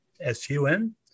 S-U-N